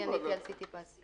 אני עניתי על סיטי פס.